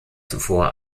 zuvor